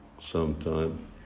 sometime